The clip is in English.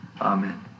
Amen